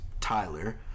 Tyler